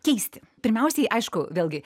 keisti pirmiausiai aišku vėlgi